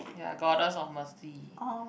ya Goddess of Mercy